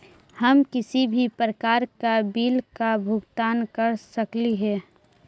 हम किसी भी प्रकार का बिल का भुगतान कर सकली हे?